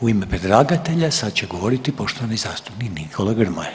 U ime predlagatelja sada će govoriti poštovani zastupnik Nikola Grmoja.